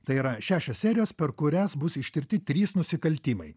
tai yra šešios serijos per kurias bus ištirti trys nusikaltimai